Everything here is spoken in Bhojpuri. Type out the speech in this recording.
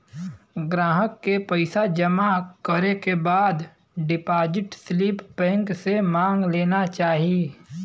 ग्राहक के पइसा जमा करे के बाद डिपाजिट स्लिप बैंक से मांग लेना चाही